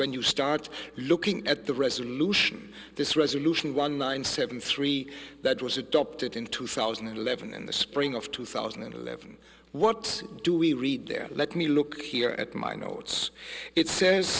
when you start looking at the resolution this resolution one nine seven three that was adopted in two thousand and eleven in the spring of two thousand and eleven what do we read there let me look here at my notes it says